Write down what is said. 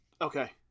Okay